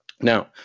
Now